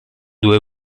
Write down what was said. due